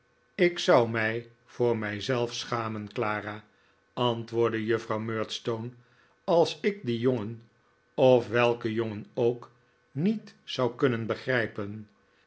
ik zou mij voor mij zelf schamen clara antwoordde juffrouw murdstone als ik dien jongen of welken jongen ook niet zou kunnen begrijpen